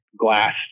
glass